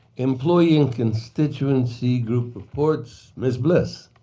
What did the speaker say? employee and constituency group reports, ms. bliss.